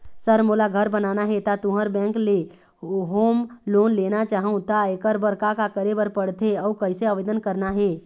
Sir मोला घर बनाना हे ता तुंहर बैंक ले होम लोन लेना चाहूँ ता एकर बर का का करे बर पड़थे अउ कइसे आवेदन करना हे?